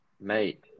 Mate